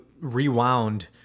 rewound